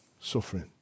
suffering